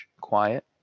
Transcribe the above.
quiet